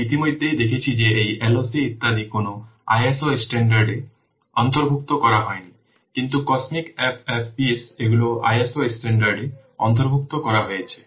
আমরা ইতিমধ্যেই দেখেছি যে এই LOC ইত্যাদি কোনো ISO স্ট্যান্ডার্ডে অন্তর্ভুক্ত করা হয়নি কিন্তু COSMIC FFPs এগুলিকে ISO স্ট্যান্ডার্ডে অন্তর্ভুক্ত করা হয়েছে